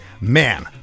man